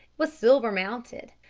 was silver-mounted.